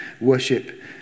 worship